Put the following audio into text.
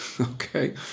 Okay